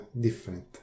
different